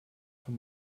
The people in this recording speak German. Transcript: für